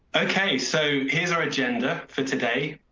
ok, so here's our agenda for today.